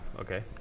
okay